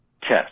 test